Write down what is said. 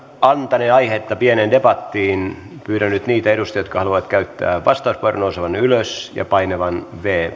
antanee aihetta pieneen debattiin pyydän nyt niitä edustajia jotka haluavat käyttää vastauspuheenvuoron nousemaan ylös ja painamaan